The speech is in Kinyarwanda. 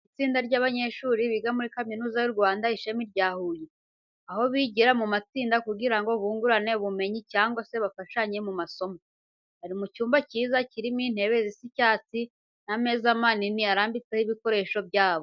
Ni itsinda ry'abanyeshuri biga muri kaminuza y'u Rwanda ishami rya Huye, aho bigira mu matsinda kugira ngo bungurane ubumenyi cyangwa se bafashanye mu masomo. Bari mu cyumba cyiza, kirimo intebe zisa icyasti n'ameza manini arambitseho ibikoresho byabo.